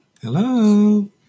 Hello